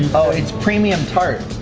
oh it's premium tart.